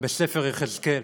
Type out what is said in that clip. בספר יחזקאל.